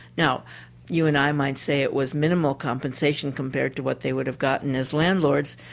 now you and i might say it was minimal compensation compared to what they would have gotten as landlords,